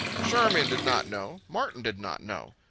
charmian did not know, martin did not know,